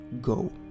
go